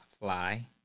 Fly